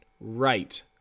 right